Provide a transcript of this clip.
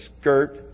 skirt